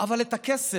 אבל את הכסף,